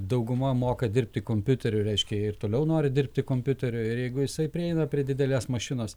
dauguma moka dirbti kompiuteriu reiškia ir toliau nori dirbti kompiuteriu ir jeigu jisai prieina prie didelės mašinos